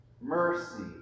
Mercy